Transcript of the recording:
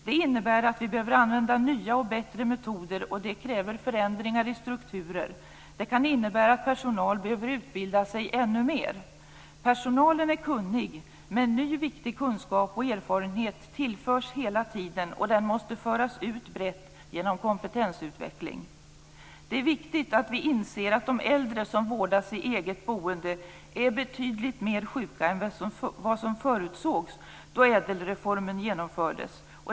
Det innebär att vi behöver använda nya och bättre metoder, och det kräver förändringar i strukturer. Det kan innebära att personal behöver utbilda sig ännu mer. Personalen är kunnig, men ny viktig kunskap och erfarenhet tillförs hela tiden, och den måste föras ut brett genom kompetensutveckling. Det är viktigt att vi inser att de äldre som vårdas i eget boende är betydligt mer sjuka än vad som förutsågs då ädelreformen genomfördes.